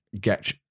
get